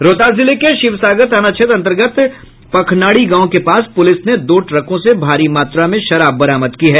रोहतास जिले के शिवसागर थाना क्षेत्र अंतर्गत पखणाड़ी गांव के पास पुलिस ने दो ट्रकों से भारी मात्रा में शराब बरामद की है